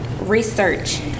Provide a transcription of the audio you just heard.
research